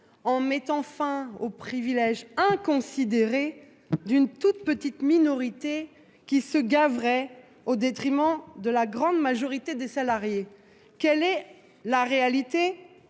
en mettant fin aux privilèges inconsidérés d'une toute petite minorité qui se gaverait, au détriment de la grande majorité des salariés. Quelle est la réalité